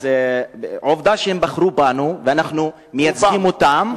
אז עובדה שהם בחרו בנו ואנחנו מייצגים אותם.